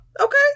Okay